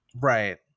Right